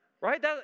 right